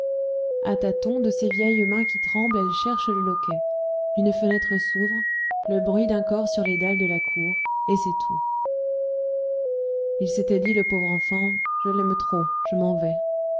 à tâtons de ses vieilles mains qui tremblent elle cherche le loquet une fenêtre qui s'ouvre le bruit d'un corps sur les dalles de la cour et c'est tout il s'était dit le pauvre enfant je l'aime trop je m'en vais